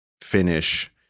finish